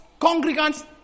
congregants